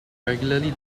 regularly